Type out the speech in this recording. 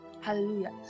hallelujah